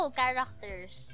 characters